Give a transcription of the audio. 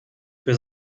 für